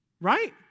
Right